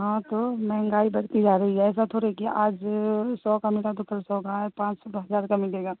ہاں تو مہنگائی بڑھتی جا رہی ہے ایسا تھوڑی کہ آج سو کا ملا تو کل سو کا ہے پانچ سو تو ہزار کا ملے گا